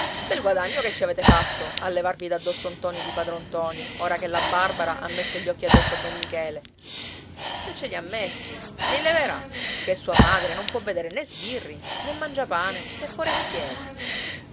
bel guadagno che ci avete fatto a levarvi d'addosso ntoni di padron ntoni ora che la barbara ha messo gli occhi addosso a don michele se ce li ha messi li leverà ché sua madre non può vedere né sbirri né mangiapane né forestieri